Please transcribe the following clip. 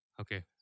Okay